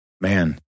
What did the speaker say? Man